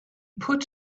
put